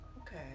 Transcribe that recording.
Okay